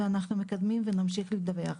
ואנחנו מקדמים ונמשיך לדווח.